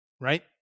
right